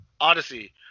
Odyssey